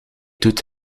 doet